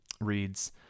reads